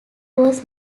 was